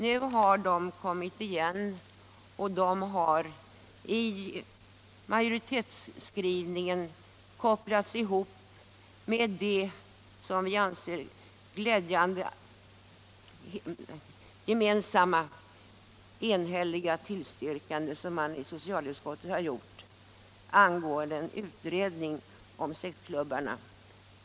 Nu har de kommit tillbaka, och de har i majoritetsskrivningen kopplats ihop med socialutskottets glädjande enhälliga tillstyrkande angående en utredning om sexklubbarna.